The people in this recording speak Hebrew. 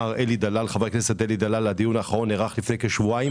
כאמור הדיון האחרון נערך לפני שבועיים